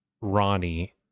Ronnie